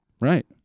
Right